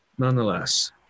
Nonetheless